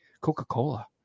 Coca-Cola